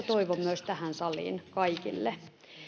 toivon myös tähän saliin kaikille